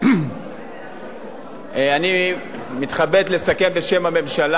לכן אני גאה על ממשלה